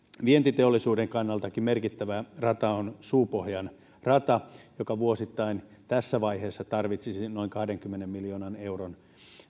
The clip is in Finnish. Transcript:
vientiteollisuudenkin kannalta merkittävä rata on suupohjan rata joka tässä vaiheessa tarvitsisi noin kahdenkymmenen miljoonan euron